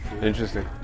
interesting